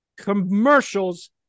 commercials